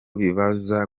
bibaza